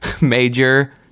Major